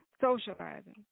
socializing